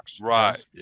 Right